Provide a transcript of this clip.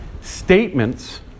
statements